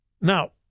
Now